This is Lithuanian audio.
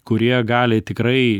kurie gali tikrai